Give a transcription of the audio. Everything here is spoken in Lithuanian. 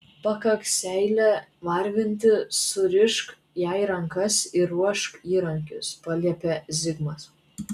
pakaks seilę varvinti surišk jai rankas ir ruošk įrankius paliepė zigmas